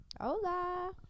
Hola